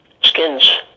skins